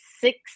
six